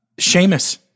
Seamus